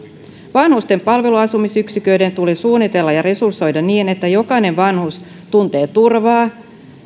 vanhusten palveluasumisyksiköt tulee suunnitella ja resursoida niin että jokainen vanhus tuntee turvaa